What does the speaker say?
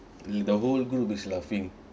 the whole group is laughing